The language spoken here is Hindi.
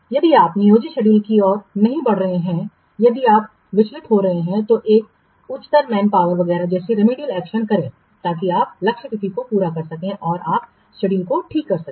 यदि आप नियोजित शेड्यूल की ओर नहीं बढ़ रहे हैं यदि आप विचलित हो रहे हैं तो एक उच्चतर मैन पावर वगैरह जैसे रेमेडियल एक्शन करें ताकि आप लक्ष्य तिथियों को पूरा कर सकें और आप शेड्यूल ठीक कर सकें